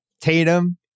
Tatum